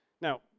Now